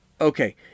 Okay